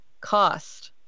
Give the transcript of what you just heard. cost